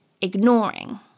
ignoring